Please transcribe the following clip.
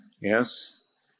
yes